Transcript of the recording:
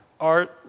art